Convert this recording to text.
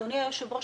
אדוני היושב-ראש,